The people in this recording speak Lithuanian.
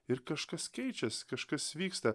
ir kažkas keičias kažkas vyksta